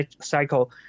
cycle